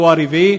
והוא הרביעי,